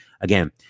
Again